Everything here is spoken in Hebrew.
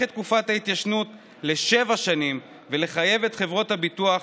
את תקופת ההתיישנות לשבע שנים ולחייב את חברות הביטוח